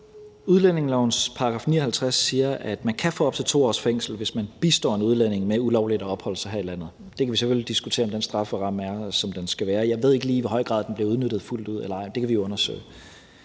udlændingelovens § 59 siger, at man kan få op til 2 års fængsel, hvis man bistår en udlænding med ulovligt at opholde sig her i landet. Der kan vi selvfølgelig diskutere, om den strafferamme er, som den skal være. Jeg ved ikke lige, i hvor høj grad den bliver udnyttet fuldt ud eller ej. Det kan vi undersøge.